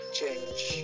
change